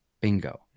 bingo